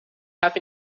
have